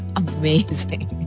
amazing